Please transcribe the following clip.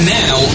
now